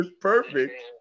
perfect